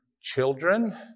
children